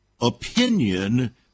opinion